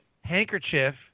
handkerchief